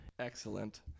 Excellent